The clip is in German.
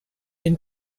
den